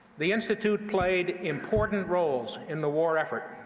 the institute played important roles in the war effort,